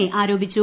A ആരോപിച്ചു